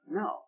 no